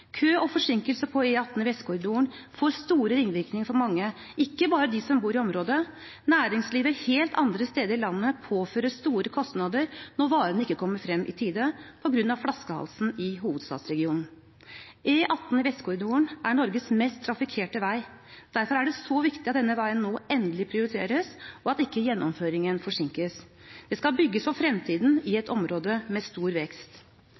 Kø og forsinkelse på E18 Vestkorridoren får store ringvirkninger for mange, ikke bare for dem som bor i området. Næringslivet helt andre steder i landet påføres store kostnader når varene ikke kommer frem i tide på grunn av flaskehalsen i hovedstadsregionen. E18 Vestkorridoren er Norges mest trafikkerte vei, og derfor er det så viktig at denne veien nå endelig prioriteres, og at gjennomføringen ikke forsinkes. Det skal bygges for fremtiden i et område med stor vekst.